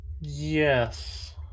yes